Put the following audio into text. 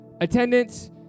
attendance